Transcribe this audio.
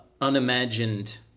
unimagined